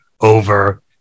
over